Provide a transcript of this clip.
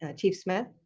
ah chief smith